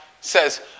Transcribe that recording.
says